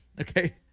Okay